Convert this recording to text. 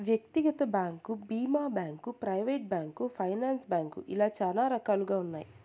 వ్యక్తిగత బ్యాంకు భీమా bank, private bank, finance bank ఇలా చాలా రకాలుగా ఉన్నాయి